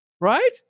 Right